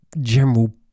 general